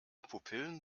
pupillen